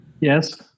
Yes